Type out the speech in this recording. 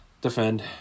Defend